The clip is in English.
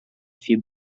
few